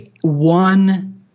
one